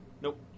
Nope